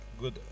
good